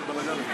אדוני ימשיך.